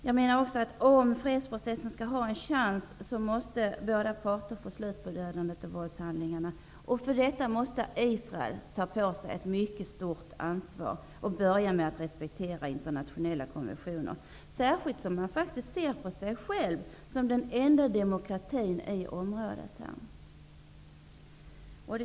Jag menar också att för att fredsprocessen skall få en chans måste båda parter få slut på dödandet och våldshandlingarna. För detta måste Israel ta på sig ett mycket stort ansvar och börja med att respektera internationella konventioner, särskilt som Israel faktiskt ser på sig själv som den enda demokratin i området.